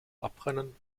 abbrennen